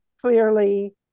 clearly